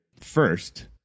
first